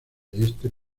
este